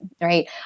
right